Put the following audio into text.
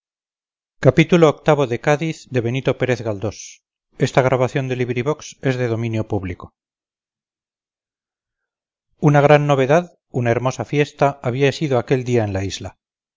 viii una gran novedad una hermosa fiesta había aquel día en la isla